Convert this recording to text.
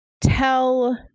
tell